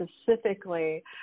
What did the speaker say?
specifically